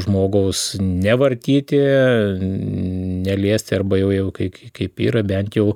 žmogaus nevartyti neliesti arba jau jau kai kaip yra bent jau